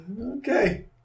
Okay